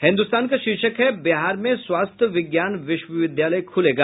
हिन्दुस्तान का शीर्षक है बिहार में स्वास्थ्य विज्ञान विश्वविद्यालय खुलेगा